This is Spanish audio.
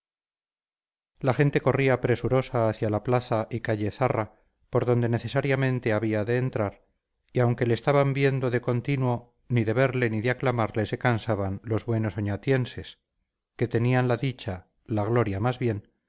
la gente corría presurosa hacia la plaza y calle zarra por donde necesariamente había de entrar y aunque le estaban viendo de continuo ni de verle ni de aclamarle se cansaban los buenos oñatienses que tenían la dicha la gloria más bien